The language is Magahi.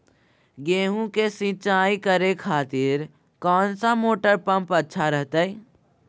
गेहूं के सिंचाई करे खातिर कौन सा मोटर पंप अच्छा रहतय?